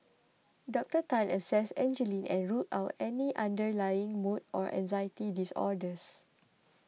Doctor Tan assessed Angeline and ruled out any underlying mood or anxiety disorders